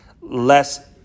less